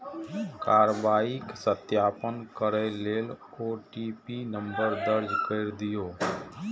कार्रवाईक सत्यापन करै लेल ओ.टी.पी नंबर दर्ज कैर दियौ